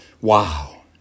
Wow